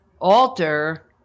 alter